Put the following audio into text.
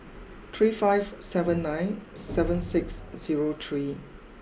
three five seven nine seven six zero three